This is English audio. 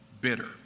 bitter